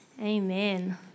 Amen